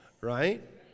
right